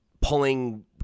pulling